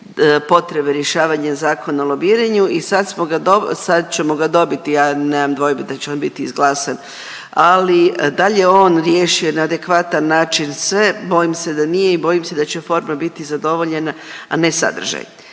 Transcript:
potrebe rješavanja Zakona o lobiranju i sad smo ga, sad ćemo ga dobiti, ja nemam dvojbi da će on biti izglasan ali da li je on riješio na adekvatan način sve, bojim se da nije i bojim se da će forma biti zadovoljena, a ne sadržaj.